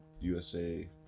USA